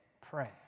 Pray